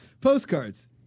Postcards